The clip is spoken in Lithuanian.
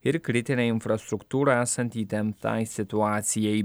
ir kritinę infrastruktūrą esant įtemptai situacijai